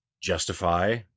justify